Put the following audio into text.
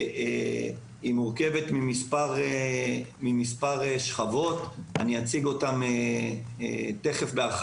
היא מורכבת ממספר שכבות, ואציג אותן בהרחבה.